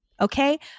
Okay